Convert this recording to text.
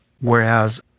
whereas